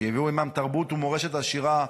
שהביאו איתם תרבות ומורשת עשירה,